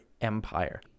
empire